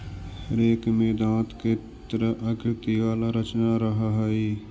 rake में दाँत के तरह आकृति वाला रचना रहऽ हई